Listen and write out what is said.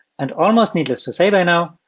and almost needless to say by now,